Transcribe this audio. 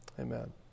Amen